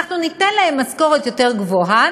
ואנחנו ניתן להם משכורת יותר גבוהה,